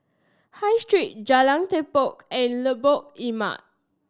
High Street Jalan Tepong and Lengkok Empat